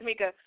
Tamika